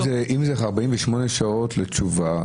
אם צריך לחכות 48 שעות לתשובה,